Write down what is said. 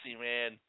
man